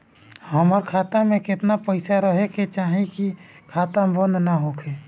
हमार खाता मे केतना पैसा रहे के चाहीं की खाता बंद ना होखे?